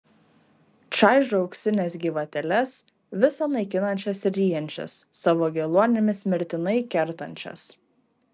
čaižo auksines gyvatėles visa naikinančias ir ryjančias savo geluonimis mirtinai kertančias